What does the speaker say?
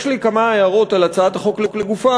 יש לי כמה הערות על הצעת החוק לגופה,